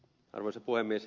arvoisa puhemies